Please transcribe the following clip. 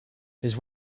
his